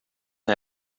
hij